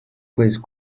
kwezi